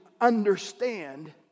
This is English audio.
understand